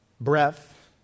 breath